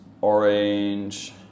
orange